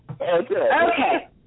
Okay